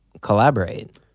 collaborate